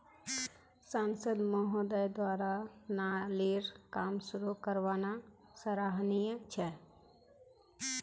सांसद महोदय द्वारा नालीर काम शुरू करवाना सराहनीय छ